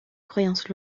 croyances